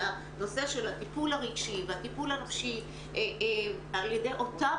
ולנושא של הטיפול הרגשי והטיפול הנפשי על ידי אותם